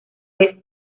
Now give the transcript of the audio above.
vez